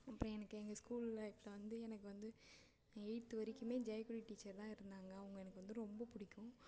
அப்புறம் எனக்கு எங்கள் ஸ்கூல் லைஃப்பில் வந்து எனக்கு வந்து எயித் வரைக்குமே ஜெயக்கொடி டீச்சர் தான் இருந்தாங்க அவங்க எனக்கு வந்து ரொம்ப பிடிக்கும்